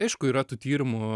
aišku yra tų tyrimų